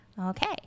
Okay